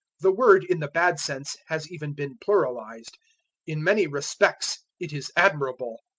the word in the bad sense has even been pluralized in many respects it is admirable.